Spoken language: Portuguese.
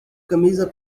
camisa